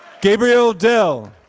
gabriel dell.